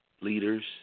leaders